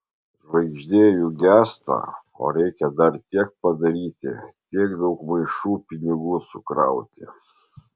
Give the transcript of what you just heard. žvaigždė juk gęsta o reikia dar tiek padaryti tiek daug maišų pinigų sukrauti